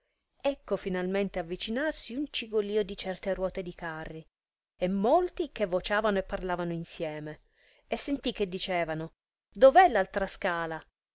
ecco finalmente avvicinarsi un cigolìo di certe ruote di carri e molti che vociavano e parlavano insieme e sentì che dicevano dov'è l'altra scala